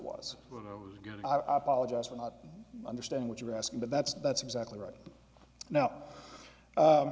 was i apologize for not understanding what you were asking but that's that's exactly right no